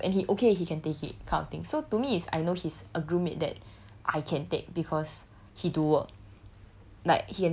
like I always like insult him and stuff and he okay he can take it kind of thing so to me is I know he's a group mate that I can take because he do work